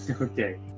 Okay